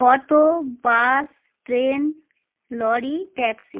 auto bus train lorry taxi